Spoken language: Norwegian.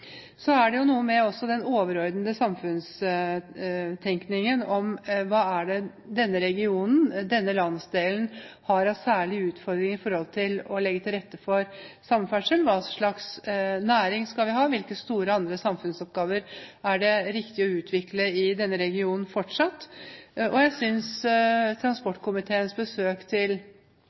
Så er det jo noe med også den overordnede samfunnstenkningen – hva er det denne regionen, denne landsdelen, har av særlige utfordringer når det gjelder å legge til rette for samferdsel? Hva slags næring skal vi ha? Hvilke store, andre samfunnsoppgaver er det riktig å utvikle i denne regionen fortsatt? Jeg synes transportkomiteens besøk både til